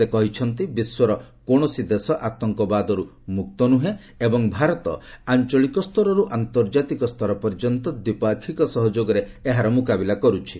ସେ କହିଛନ୍ତି ବିଶ୍ୱର କୌଣସି ଦେଶ ଆତଙ୍କବାଦରୁ ମୁକ୍ତ ନାହିଁ ଏବଂ ଭାରତ ଆଞ୍ଚଳିକ ସ୍ତରର୍ତ ଆନ୍ତର୍ଜାତିକ ସ୍ତର ପର୍ଯ୍ୟନ୍ତ ଦ୍ୱିପାକ୍ଷିକ ସହଯୋଗରେ ଏହାର ମ୍ରକାବିଲା କର୍ତ୍ଥି